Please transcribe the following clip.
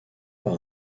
par